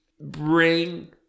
bring